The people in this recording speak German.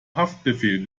haftbefehl